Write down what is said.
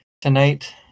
Tonight